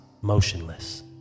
motionless